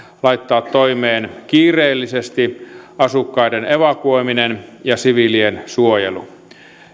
laittaa toimeen kiireellisesti asukkaiden evakuoiminen ja siviilien suojelu